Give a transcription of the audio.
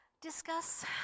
discuss